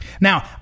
Now